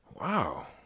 wow